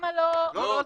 למה לא --- לא,